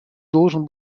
должен